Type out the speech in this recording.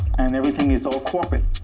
and everything is all corporate.